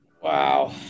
Wow